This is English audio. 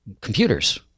computers